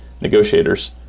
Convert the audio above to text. negotiators